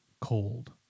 cold